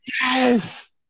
Yes